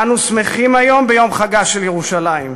אנו שמחים היום ביום חגה של ירושלים.